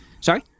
Sorry